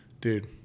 dude